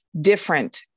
different